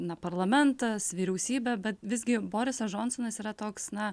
na parlamentas vyriausybė bet visgi borisas džonsonas yra toks na